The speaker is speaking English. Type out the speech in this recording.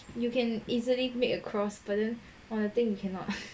you can easily make across but then on the thing you cannot